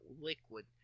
liquid